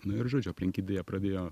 nu ir žodžiu aplink idėją pradėjo